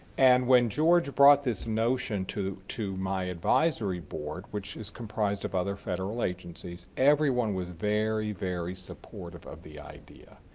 and when george brought this notion to to my advisory board, which is comprised of other federal agencies, everyone was very, very supportive of the idea.